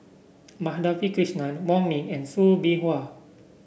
Madhavi Krishnan Wong Ming and Soo Bin Chua